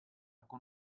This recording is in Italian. con